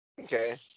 Okay